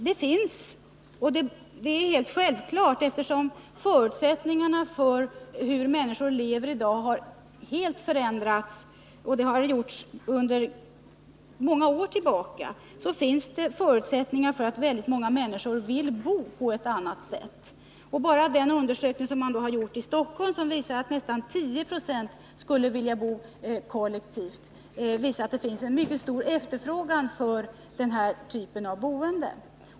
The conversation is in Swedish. Det finns förutsättningar för att många människor vill bo på ett annat sätt än det traditionella. Det är självklart, eftersom förutsättningarna för människornas sätt att leva ju har förändrats under många år. Bara den undersökning som man gjort i Stockholm och som visar att nästan 10 96 skulle vilja bo kollektivt bekräftar att det finns en mycket stor efterfrågan på den här typen av boende.